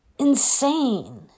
Insane